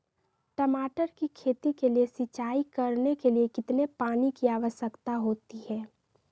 टमाटर की खेती के लिए सिंचाई करने के लिए कितने पानी की आवश्यकता होती है?